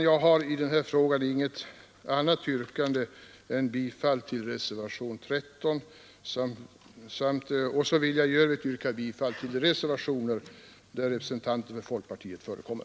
Jag har i den här frågan inget annat yrkande än bifall till reservation 13 och de övriga reservationer där representanter för folkpartiet förekommer.